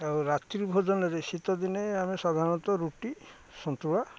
ଆଉ ରାତ୍ରୀ ଭୋଜନରେ ଶୀତ ଦିନେ ଆମେ ସାଧାରଣତଃ ରୁଟି ସନ୍ତୁଳା